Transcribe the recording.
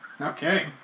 Okay